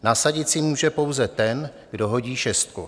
Nasadit si může pouze ten, kdo hodí šestku.